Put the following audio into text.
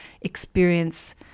experience